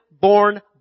born